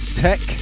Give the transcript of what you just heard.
tech